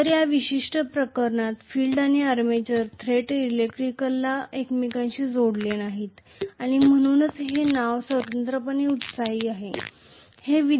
तर या विशिष्ट प्रकरणात फील्ड आणि आर्मेचर थेट इलेक्ट्रिकली एकमेकांशी जोडलेले नाहीत आणि म्हणूनच हे नाव स्वतंत्रपणे एक्साइटेड आहे